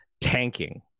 tanking